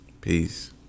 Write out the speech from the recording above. Peace